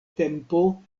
tempo